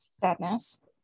sadness